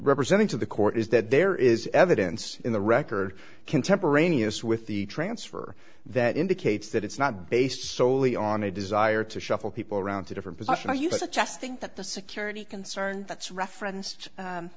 representing to the court is that there is evidence in the record contemporaneous with the transfer that indicates that it's not based solely on a desire to shuffle people around to different positions are you suggesting that the security concerns that's referenced